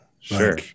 sure